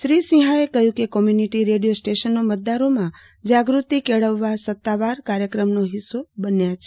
શ્રી સિંહાએ કહ્યું કે કોમ્યુનિટી રેડિયો સ્ટેશનો મતદારોમાં જાગૃતિ કેળવવા સત્તાવાર કાર્યક્રમનો હિસ્સો બન્યાં છે